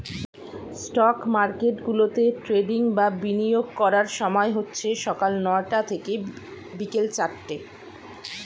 stock মার্কেটগুলোতে trading বা বিনিয়োগ করার সময় হচ্ছে সকাল নয়টা থেকে বিকেল চারটে